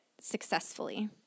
successfully